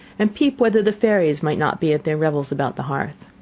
and peep whether the fairies might not be at their revels about the hearth.